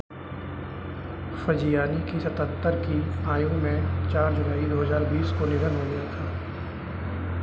फाजियानी कि सतहत्तर की आयु में चार जुलाई दो हज़ार बीस को निधन हो गया था